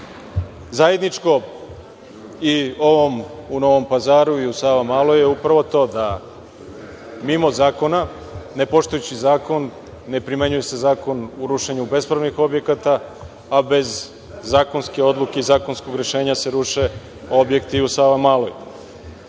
Zajedničko ovom u Novom Pazaru i u Savamaloj je upravo to da se mimo zakona, ne poštujući zakon, ne primenjuje se Zakon o rušenju bespravnih objekata, a bez zakonske odluke i zakonskog rešenja, ruše objekti u Savamaloj. Pitanje